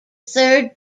third